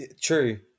True